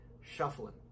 shuffling